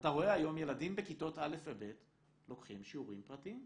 ואתה רואה היום ילדים בכיתות א' ו-ב' לוקחים שיעורים פרטיים.